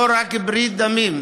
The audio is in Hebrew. לא רק ברית דמים,